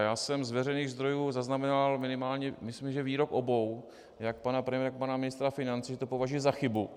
Já jsem z veřejných zdrojů zaznamenal minimálně myslím že výrok obou, jak pana premiéra, tak pana ministra financí, že to považují za chybu.